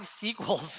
sequels